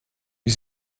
wie